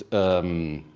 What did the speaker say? um,